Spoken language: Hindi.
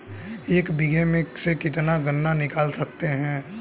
एक बीघे में से कितना गन्ना निकाल सकते हैं?